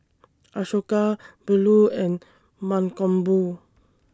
Ashoka Bellur and Mankombu